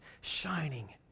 shining